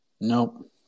Nope